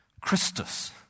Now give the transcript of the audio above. Christus